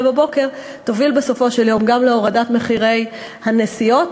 בבוקר תוביל בסופו של יום גם להורדת מחירי הנסיעות.